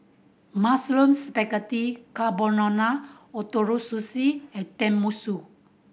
Mushroom Spaghetti Carbonara Ootoro Sushi and Tenmusu